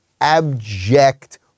abject